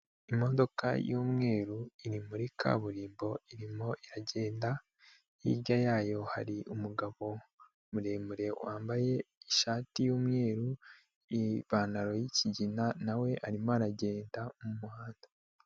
Imodoka y'umweru iri muri kaburimbo irimo iragenda, hirya yayo hari umugabo muremure wambaye ishati y'umweru, ipantaro y'ikigina na we arimo aragenda mu muhanda.